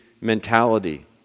mentality